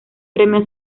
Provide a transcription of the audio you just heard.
premio